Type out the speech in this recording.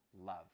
love